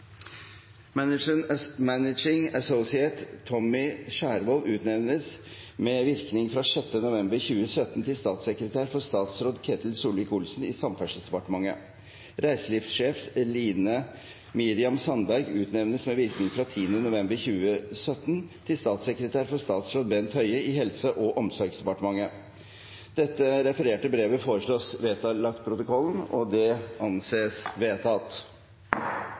Managing associate Tommy Skjervold utnevnes med virkning fra 6. november 2017 til statssekretær for statsråd Ketil Solvik-Olsen i Samferdselsdepartementet. Reiselivssjef Line Miriam Sandberg utnevnes med virkning fra 10. november 2017 til statssekretær for statsråd Bent Høie i Helse- og omsorgsdepartementet.» Det refererte brevet foreslås vedlagt protokollen. – Det anses vedtatt.